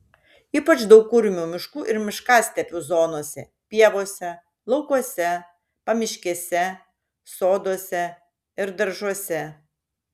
ypač daug kurmių miškų ir miškastepių zonose pievose laukuose pamiškėse soduose ir daržuose